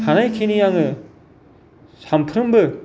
हानायखिनि आङो सानफ्रोमबो